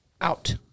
out